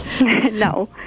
No